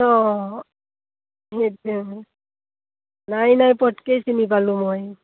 অঁ সেই নাই নাই পতকেই চিনি পালোঁ মই